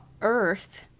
earth